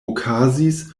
okazis